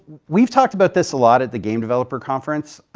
we have talked about this a lot at the game developer conference.